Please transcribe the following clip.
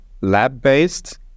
lab-based